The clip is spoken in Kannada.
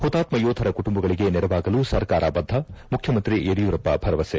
ಹುತಾತ್ಮ ಯೋಧರ ಕುಟುಂಬಗಳಿಗೆ ನೆರವಾಗಲು ಸರ್ಕಾರ ಬದ್ದ ಮುಖ್ಯಮಂತ್ರಿ ಯಡಿಯೂರಪ್ಪ ಭರವಸೆ